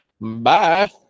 Bye